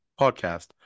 Podcast